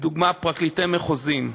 לדוגמה פרקליטי מחוזות.